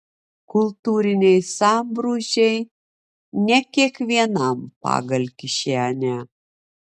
kultūriniai sambrūzdžiai ne kiekvienam pagal kišenę